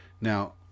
Now